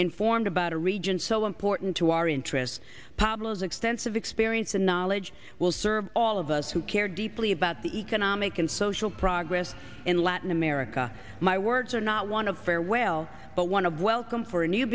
informed about a region so important to our interests pablo's extensive experience and knowledge will serve all of us who care deeply about the economic and social progress in latin america my words are not one of farewell but one of welcome for a new